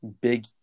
big –